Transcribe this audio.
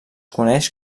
coneix